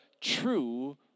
true